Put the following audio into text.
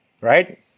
right